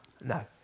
No